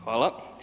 Hvala.